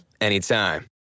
anytime